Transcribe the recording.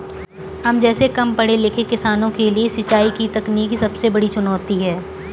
हम जैसै कम पढ़े लिखे किसानों के लिए सिंचाई की तकनीकी सबसे बड़ी चुनौती है